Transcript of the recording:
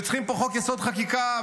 וצריכים פה חוק-יסוד: חקיקה,